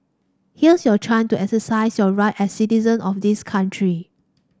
here's your chance to exercise your right as citizen of this country